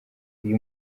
uyu